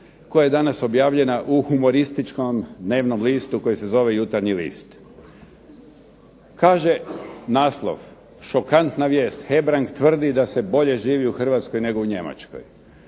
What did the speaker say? koja je danas objavljena u humorističkom dnevnom listu koji se zove "Jutarnji list". Kaže naslov "šokantna vijest, Hebrang tvrdi da se bolje živi u Hrvatskoj nego u Njemačkoj".